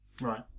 Right